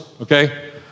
okay